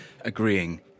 agreeing